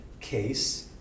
case